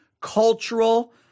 cultural